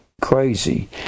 crazy